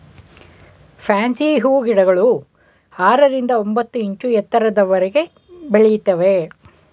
fancy ಹೂಗಿಡಗಳು ಆರರಿಂದ ಒಂಬತ್ತು ಇಂಚು ಎತ್ತರದವರೆಗೆ ಬೆಳಿತವೆ